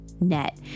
net